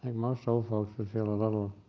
most old folks would feel a little,